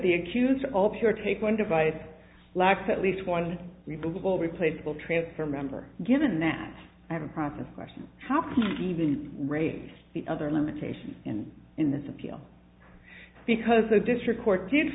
the accused all pure take one device lacks at least one we believe all replaceable transfer member given that i have a process question how can you even raise the other limitation and in this appeal because the district court did